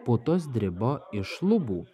putos dribo iš lubų